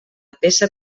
peça